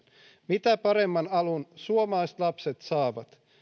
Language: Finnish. mitä paremman alun suomalaiset lapset saavat